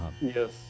yes